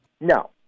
No